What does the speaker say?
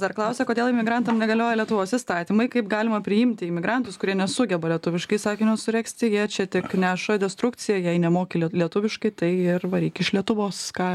dar klausia kodėl imigrantam negalioja lietuvos įstatymai kaip galima priimti imigrantus kurie nesugeba lietuviškai sakinio suregzti jie čia tik neša destrukciją jei nemoki lie lietuviškai tai ir varyk iš lietuvos ką